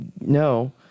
no